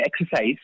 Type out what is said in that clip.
exercise